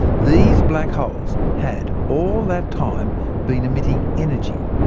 these black holes had all that time been emitting energy,